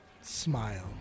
smile